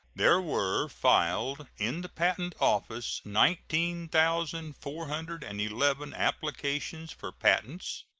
there were filed in the patent office nineteen thousand four hundred and eleven applications for patents,